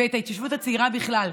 ואת ההתיישבות הצעירה בכלל,